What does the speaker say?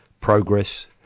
Progress